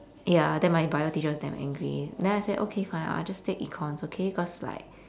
ya then my bio teacher was damn angry then I said okay fine I'll just take econs okay cause like